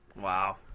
Wow